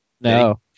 No